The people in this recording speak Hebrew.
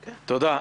תודה.